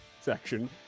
section